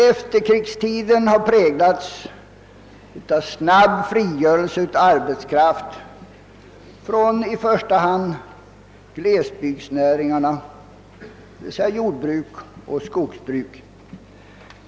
Efterkrigstiden har präglats av en snabb frigörelse av arbetskraft från i första hand glesbygdsnäringarna, d.v.s. jordbruk och skogsbruk.